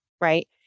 right